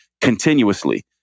continuously